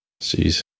Jeez